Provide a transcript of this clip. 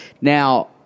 Now